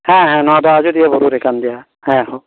ᱦᱮᱸ ᱦᱮᱸ ᱱᱚᱣᱟ ᱫᱚ ᱟᱡᱚᱫᱤᱭᱟᱹ ᱵᱩᱨᱩ ᱨᱮ ᱠᱟᱱ ᱜᱮᱭᱟ ᱦᱮᱸ ᱦᱮᱸ